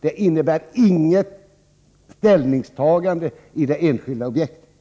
Det innebär inget ställningstagande till de enskilda objekten.